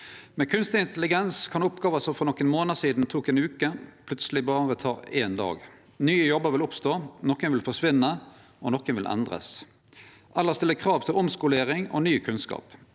Med kunstig intelligens kan oppgåver som for nokre månader sidan tok ei veke, plutseleg berre ta ein dag. Nye jobbar vil oppstå, nokon vil forsvinne, og nokon vil endrast eller stille krav til omskolering og ny kunnskap.